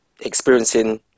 experiencing